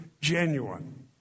genuine